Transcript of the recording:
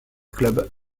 clubs